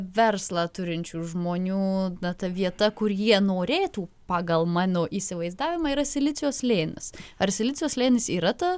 verslą turinčių žmonių ta vieta kur jie norėtų pagal mano įsivaizdavimą yra silicio slėnis ar silicio slėnis yra ta